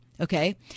Okay